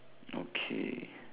okay